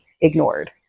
ignored